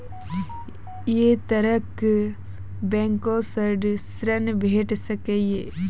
ऐ तरहक बैंकोसऽ ॠण भेट सकै ये?